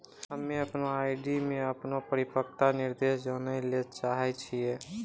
हम्मे अपनो आर.डी मे अपनो परिपक्वता निर्देश जानै ले चाहै छियै